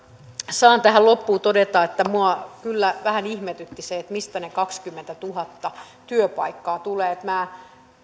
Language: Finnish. saan tähän loppuun todeta että minua kyllä vähän ihmetytti mistä ne kaksikymmentätuhatta työpaikkaa tulevat minä